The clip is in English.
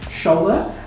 shoulder